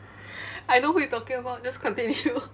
I know who you talking about just continue